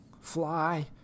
fly